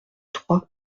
trois